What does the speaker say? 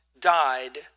died